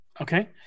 Okay